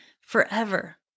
forever